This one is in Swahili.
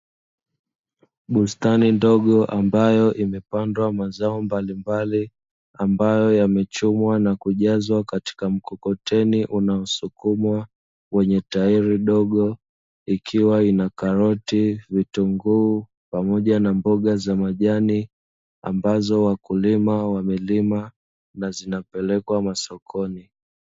Bustani ndogo ambayo imepandwa mazao mbalimbali ambayo yamechumwa na kujazwa katika mkokoteni unaosukumwa wenye tairi dogo, ikiwa ina; karoti, vitunguu pamoja na mboga za majani; ambazo wakulima wamelima na zinapelekwa masokoni.